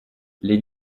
les